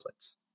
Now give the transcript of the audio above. templates